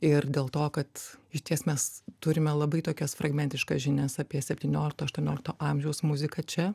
ir dėl to kad išties mes turime labai tokias fragmentiškas žinias apie septyniolikto aštuoniolikto amžiaus muziką čia